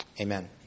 Amen